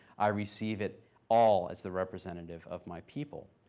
i receive it all as the representative of my people.